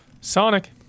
Sonic